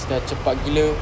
dah cepat gila